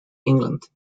england